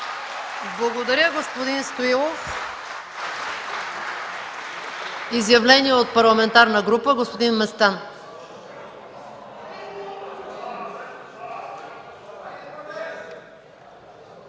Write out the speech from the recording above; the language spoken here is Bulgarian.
Благодаря, господин Стоилов. Изявления от парламентарна група – господин Местан.